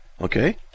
Okay